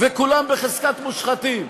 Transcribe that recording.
וכולם בחזקת מושחתים.